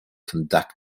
conduct